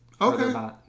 Okay